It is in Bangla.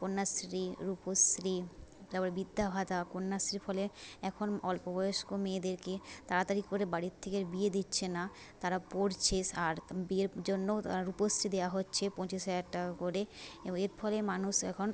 কন্যাশ্রী রূপশ্রী তার পরে বৃদ্ধা ভাতা কন্যাশ্রীর ফলে এখন অল্পবয়স্ক মেয়েদেরকে তাড়াতাড়ি করে বাড়ির থেকে আর বিয়ে দিচ্ছে না তারা পড়ছে সার ত্ বিয়ের জন্যও ত্ আর রূপশ্রী দেওয়া হচ্ছে পঁচিশ হাজার টাকা করে এবং এর ফলে মানুষ এখন